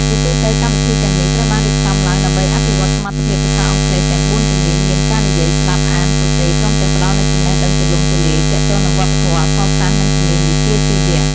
ជាទូទៅ កម្មវិធីទាំងនេះត្រូវបានរៀបចំឡើងដើម្បីអភិវឌ្ឍសមត្ថភាពភាសាអង់គ្លេសទាំង ៤ ជំនាញមាន ការនិយាយ ស្តាប់ អាន សរសេរ ព្រមទាំងផ្តល់នូវចំណេះដឹងទូលំទូលាយទាក់ទងនឹងវប្បធម៌ អក្សរសាស្ត្រ និងជំនាញវិជ្ជាជីវៈ។